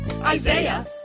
Isaiah